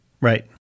Right